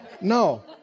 no